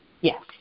Yes